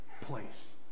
place